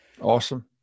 Awesome